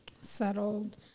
settled